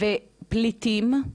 ופליטים?